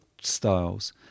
styles